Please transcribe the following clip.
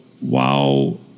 wow